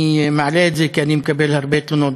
אני מעלה את זה כי אני מקבל הרבה תלונות,